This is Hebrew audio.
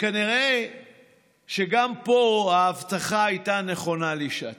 וכנראה שגם פה ההבטחה הייתה נכונה לשעתה.